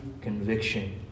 conviction